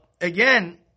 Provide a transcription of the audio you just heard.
again